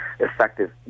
Effective